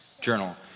journal